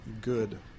good